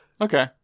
Okay